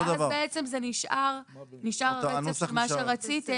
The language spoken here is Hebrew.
ואז בעצם זה נשאר, נשאר הרצף של מה שרציתם.